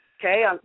Okay